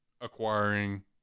acquiring